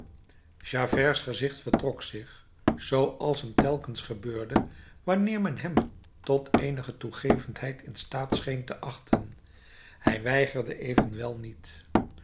javerts gezicht vertrok zich zooals hem telkens gebeurde wanneer men hem tot eenige toegevendheid in staat scheen te achten hij weigerde evenwel niet